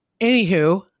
anywho